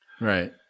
Right